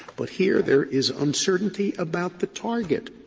but here there is uncertainty about the target,